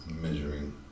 measuring